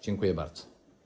Dziękuję bardzo.